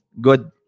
good